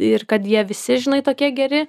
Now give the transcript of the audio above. ir kad jie visi žinai tokie geri